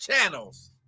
channels